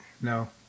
No